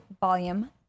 Volume